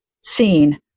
scene